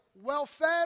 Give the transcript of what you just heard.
well-fed